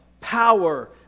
Power